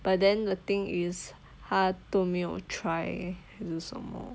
but then the thing is 他都没有 try 还是什么